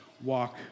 walk